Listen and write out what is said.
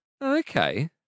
Okay